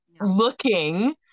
looking